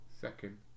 second